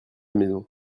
maison